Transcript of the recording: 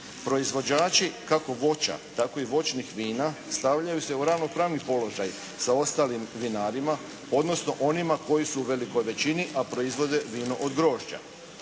Proizvođači kako voća, tako i voćnih vina stavljaju se u ravnopravni položaj sa ostalim vinarima, odnosno onima koji su u velikoj većini, a proizvode vino od grožđa.